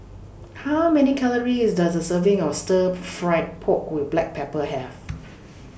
How Many Calories Does A Serving of Stir Fried Pork with Black Pepper Have